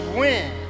win